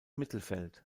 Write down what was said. mittelfeld